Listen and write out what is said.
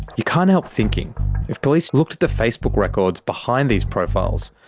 you can't help thinking if police looked at the facebook records behind these profiles,